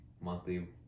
monthly